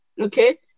Okay